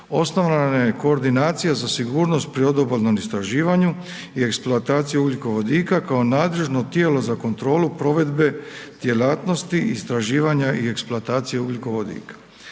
osnovana je koordinacija za sigurnost pri odobalnom istraživanju i eksploataciji ugljikovodika kao nadležno tijelo za kontrolu provedbe djelatnosti istraživanja i eksploatacije ugljikovodika.